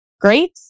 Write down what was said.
great